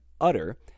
utter